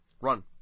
run